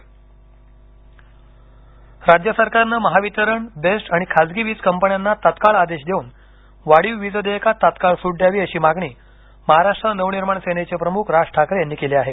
मनसे राज्य सरकारनं महावितरण बेस्ट आणि खासगी वीज कंपन्यांना तत्काळ आदेश देऊन वाढीव वीजदेयकात तात्काळ सूट द्यावी अशी मागणी महाराष्ट्र नवनिर्माण सेनेचे प्रमुख राज ठाकरे यांनी केली आहे